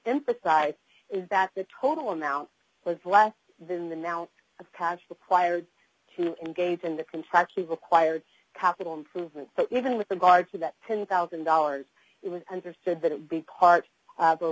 emphasize is that the total amount was less than the now cash supplier to engage in the kentucky required capital improvements even with regard to that ten thousand dollars it was understood that it would be part of